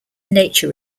nature